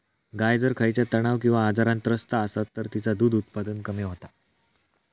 गाय जर खयच्या तणाव किंवा आजारान त्रस्त असात तर तिचा दुध उत्पादन कमी होता